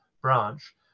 branch